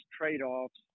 trade-offs